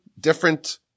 different